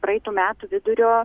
praeitų metų vidurio